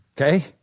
Okay